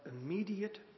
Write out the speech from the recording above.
immediate